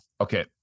Okay